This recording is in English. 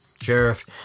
sheriff